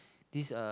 this uh